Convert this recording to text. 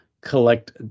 collect